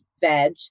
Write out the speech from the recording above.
veg